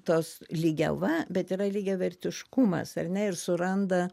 tos lygiava bet yra lygiavertiškumas ar ne ir suranda